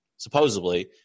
supposedly